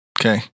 Okay